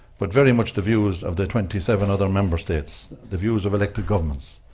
but very much the views of the twenty seven other member states, the views of elected governments,